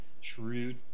Shrewd